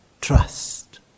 trust